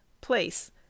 Place